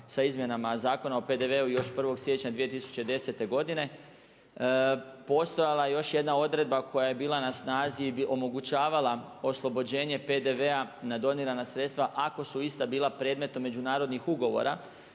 sa izmjenama Zakona o PDV-u još 1. siječnja 2010. godine. Postojala je još jedna odredba koja je bila na snazi, omogućavala oslobođenje PDV-a na donirana sredstva ako su ista bila predmetom međunarodnih ugovora